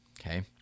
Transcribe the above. okay